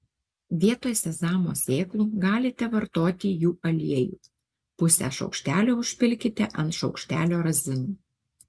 vietoj sezamo sėklų galite vartoti jų aliejų pusę šaukštelio užpilkite ant šaukštelio razinų